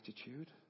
attitude